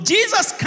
Jesus